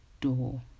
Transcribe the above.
door